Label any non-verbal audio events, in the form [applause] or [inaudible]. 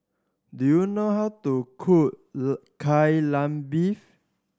do you know how to cook [unintelligible] Kai Lan Beef